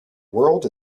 world